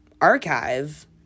archive